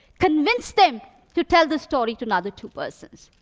convince them to tell the story to another two persons.